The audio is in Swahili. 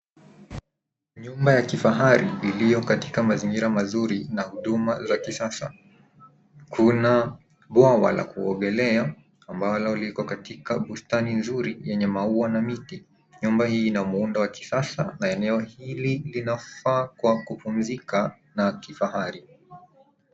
Nyumba ya kifahari, iliyo katika mazingira mazuri na huduma za kisasa. Kuna bwawa la kuogelea, ambalo liko katika bustani nzuri yenye maua na miti. Nyumba hii ina muundo wa kisasa na eneo hili linafaa kwa kupumzika na kifahari.